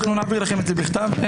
נעביר לכם את זה בכתב.